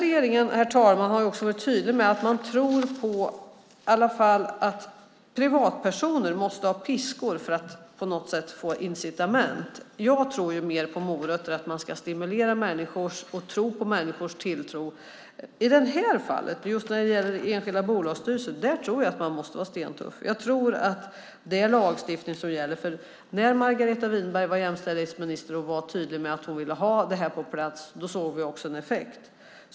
Regeringen har också varit tydlig med att man tror på att i alla fall privatpersoner måste ha piskor för att på något sätt få incitament. Jag tror mer på morötter, att man ska stimulera människor och visa dem tilltro. Just i fallet enskilda bolagsstyrelser tror jag att man måste vara stentuff. Jag tror att det är lagstiftning som gäller, för när Margareta Winberg var jämställdhetsminister och var tydlig med att hon ville ha en lagstiftning på plats såg vi också en effekt.